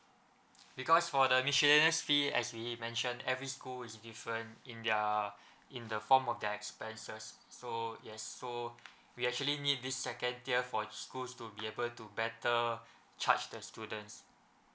because for the miscellaneous fee as we mentioned every school is different in their in the form of their expenses so yes so we actually need this second tier for the schools to be able to better charge the students